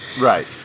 Right